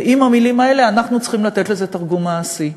עם המילים האלה אנחנו צריכים לתת לזה תרגום מעשי.